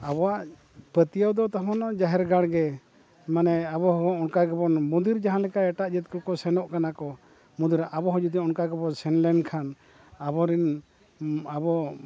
ᱟᱵᱚᱣᱟᱜ ᱯᱟᱹᱛᱭᱟᱹᱣ ᱫᱚ ᱛᱟᱦᱮᱱᱟ ᱡᱟᱦᱮᱨ ᱜᱟᱲ ᱜᱮ ᱢᱟᱱᱮ ᱟᱵᱚ ᱦᱚᱸ ᱚᱱᱠᱟ ᱜᱮᱵᱚᱱ ᱢᱚᱱᱫᱤᱨ ᱡᱟᱦᱟᱸ ᱞᱮᱠᱟ ᱮᱴᱟᱜ ᱡᱟᱹᱛ ᱠᱚᱠᱚ ᱥᱮᱱᱚᱜ ᱠᱟᱱᱟ ᱠᱚ ᱢᱚᱱᱫᱤᱨ ᱟᱵᱚ ᱦᱚᱸ ᱡᱩᱫᱤ ᱚᱱᱠᱟ ᱥᱮᱱ ᱞᱮᱠᱷᱟᱱ ᱟᱵᱚ ᱨᱤᱱ ᱟᱵᱚ